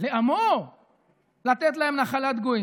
לעמו לתת להם נחלת גוים".